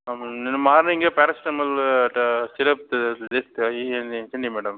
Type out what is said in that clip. నేను మార్నింగే పేరాసెటిమల్ ట సిరప్ ఇస్ ఇ ఇచ్చింది మేడం